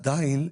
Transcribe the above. עדיין,